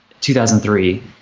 2003